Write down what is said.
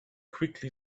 quickly